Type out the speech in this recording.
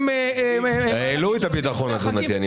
העלו את הביטחון התזונתי.